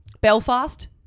Belfast